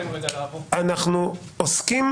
כשאנחנו עוסקים